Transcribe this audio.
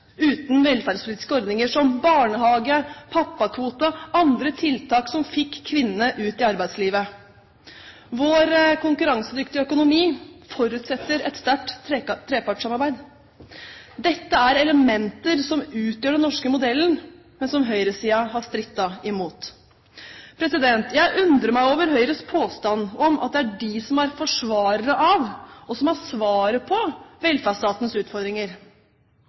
uten velferdspolitiske ordninger som barnehage, pappakvote og andre tiltak som fikk kvinnene ut i arbeidslivet. Vår konkurransedyktige økonomi forutsetter et sterkt trepartssamarbeid. Dette er elementer som utgjør den norske modellen, men som høyresiden har strittet i mot. Jeg undrer meg over Høyres påstand om at det er de som er forsvarere av, og som har svaret på, velferdsstatens utfordringer.